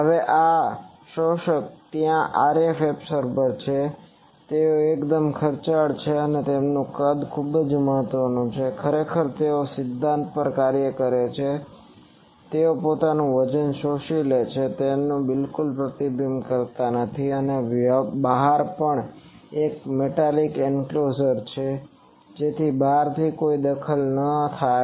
હવે આ શોષક ત્યાં RF એબસોર્બર છે તેઓ એકદમ ખર્ચાળ છે અને તેમનું કદ મહત્વનું છે ખરેખર તેઓ આ સિદ્ધાંત પર કાર્ય કરે છે કે તેઓ પોતાનું વજન શોષી લે છે જેનું તે બિલકુલ પ્રતિબિંબિત કરતા નથી અને બહાર પણ એક મેટલીક એન્કલોઝર છે જેથી બહારથી કોઈ દખલ ન થાય